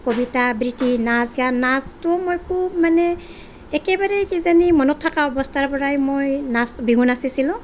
কবিতা আবৃত্তি নাচ গান নাচটোও মই খুব মানে একেবাৰে কিজানি মনত থাকা অৱস্থাৰ পৰাই মই নাচ বিহু নাচিছিলোঁ